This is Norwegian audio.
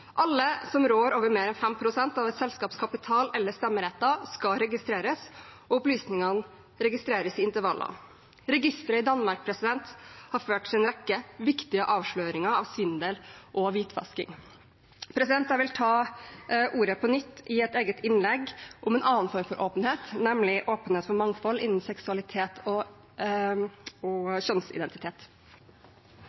Alle som rår over mer enn 5 pst. av et selskaps kapital eller stemmeretter, skal registreres, og opplysningene registreres i intervaller. Registeret i Danmark har ført til en rekke viktige avsløringer av svindel og hvitvasking. Jeg vil ta ordet på nytt i et eget innlegg om en annen form for åpenhet, nemlig åpenhet for mangfold innen seksualitet og